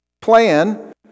plan